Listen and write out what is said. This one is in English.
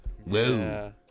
Whoa